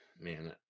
Man